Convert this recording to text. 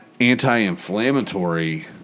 anti-inflammatory